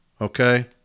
Okay